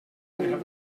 cold